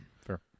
Fair